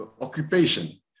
occupation